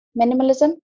minimalism